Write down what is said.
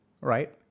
Right